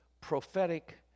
prophetic